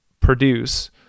produce